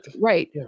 right